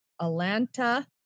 Atlanta